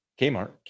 Kmart